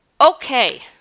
Okay